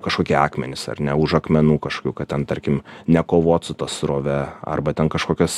kažkokie akmenys ar ne už akmenų kažkokių kad ten tarkim nekovot su ta srove arba ten kažkokios